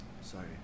Sorry